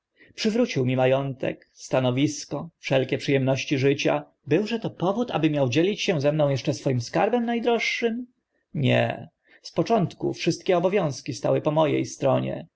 przywrócił mi ma ątek stanowisko wszelkie przy emności życia byłże to powód aby się miał eszcze dzielić ze mną swoim skarbem na droższym nie z początku wszystkie obowiązki stały po mo e stronie